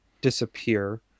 disappear